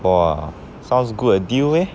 !wah! sounds good a deal eh